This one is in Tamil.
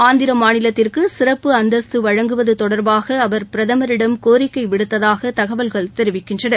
ஆந்திர மாநிலத்திற்கு சிறப்பு அந்தஸ்த்து வழங்குவது தொடர்பாக அவர் பிரதமரிடம் கோரிக்கை விடுத்ததாக தகவல்கள் தெரிவிக்கின்றன